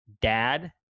dad